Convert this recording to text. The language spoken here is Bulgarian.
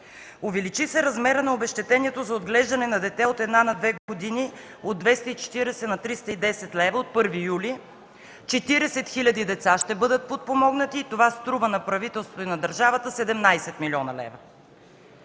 Увеличи се размерът на обезщетението за отглеждане на дете от една на две години от 240 на 310 лв. От 1 юли 40 хил. деца ще бъдат подпомогнати и това струва на правителството и на държавата 17 млн. лв.;